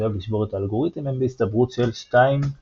סיכוייו לשבור את האלגוריתם הם בהסתברות של 2 −